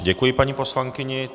Děkuji paní poslankyni.